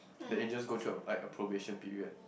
they eh just go through a like a probation period